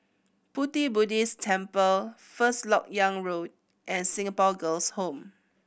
Pu Ti Buddhist Temple First Lok Yang Road and Singapore Girls' Home